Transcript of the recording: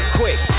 quick